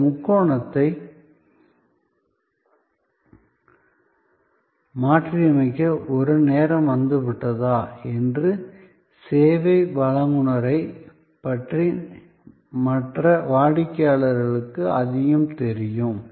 இந்த முக்கோணத்தை மாற்றியமைக்க ஒரு நேரம் வந்துவிட்டதா என்று சேவை வழங்குநரைப் பற்றி மற்ற வாடிக்கையாளர்களுக்கு அதிகம் தெரியும்